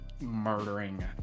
murdering